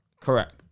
Correct